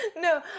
no